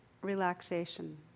relaxation